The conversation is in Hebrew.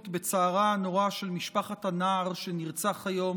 בצערה הנורא של משפחת הנער שנרצח היום